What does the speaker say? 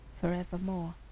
forevermore